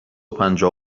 پنجاه